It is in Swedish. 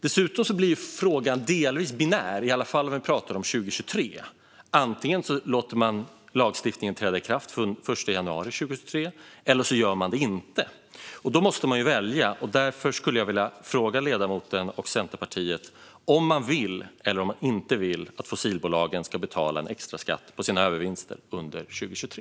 Dessutom blir frågan delvis binär, i alla fall om vi pratar om 2023. Man kan antingen låta lagstiftningen träda i kraft den 1 januari eller inte göra det. Då måste man välja. Därför skulle jag vilja fråga ledamoten och Centerpartiet om man vill eller inte vill att fossilbolagen ska betala en extra skatt på sina övervinster under 2023.